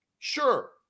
Sure